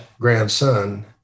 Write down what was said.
grandson